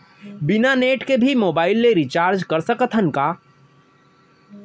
बिना नेट के भी मोबाइल ले रिचार्ज कर सकत हन का?